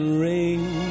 ring